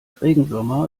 regenwürmer